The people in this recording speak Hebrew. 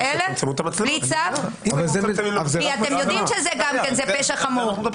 אתם יודעים שגם סרסרות היא עבירת פשע חמור.